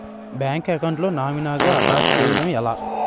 Bank account లో నామినీగా attach చేయడం ఎలా?